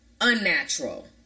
unnatural